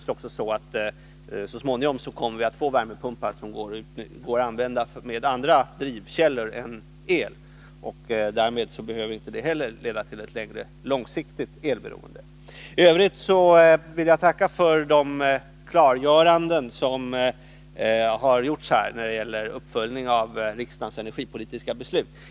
Så småningom kommer vi ju också att få värmepumpar som går att driva med andra energikällor än el, och därmed behöver inte heller användningen av värmepumpar leda till ett långsiktigt elberoende. I övrigt vill jag tacka för de klargöranden som har gjorts när det gäller uppföljningen av riksdagens energipolitiska beslut.